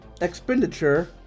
expenditure